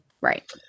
Right